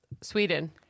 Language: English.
Sweden